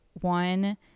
one